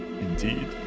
Indeed